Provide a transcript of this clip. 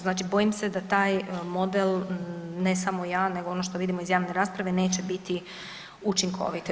Znači bojim se da taj model, ne samo ja nego ono što vidimo iz javne rasprave neće biti učinkovit.